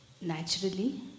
naturally